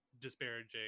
disparaging